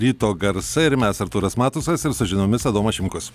ryto garsai ir mes artūras matusas ir su žiniomis adomas šimkus